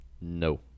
No